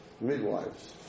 midwives